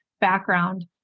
background